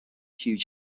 hugh